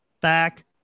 Back